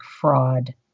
fraud